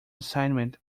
assignment